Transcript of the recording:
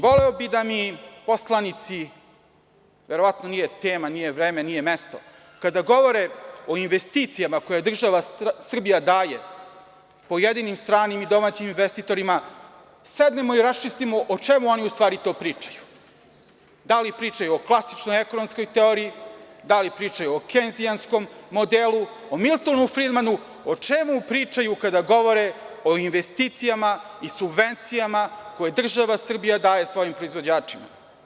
Voleo bih da mi, poslanici, verovatno nije tema, nije vreme, nije mesto, kada govorimo o investicijama koje država Srbija daje pojedinim stranim i domaćim investitorima, sednemo i raščistimo o čemu oni u stvari to pričaju, da li pričaju o klasičnoj ekonomskoj teoriji, da li pričaju o kejnzijanskom modelu, o Miltonu Fridmanu, o čemu pričaju kada govore o investicijama i subvencijama koje država Srbija daje svojim proizvođačima.